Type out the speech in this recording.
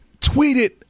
tweeted